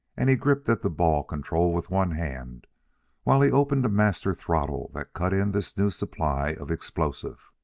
and he gripped at the ball-control with one hand while he opened a master throttle that cut in this new supply of explosive.